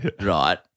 right